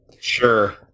Sure